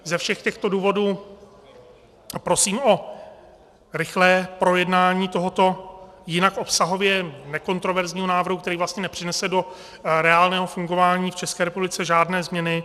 Ze všech těchto důvodů prosím o rychlé projednání tohoto jinak obsahově nekontroverzního návrhu, který vlastně nepřinese do reálného fungování v České republice žádné změny.